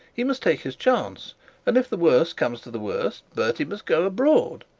he must take his chance and if the worst comes to the worst, bertie must go abroad.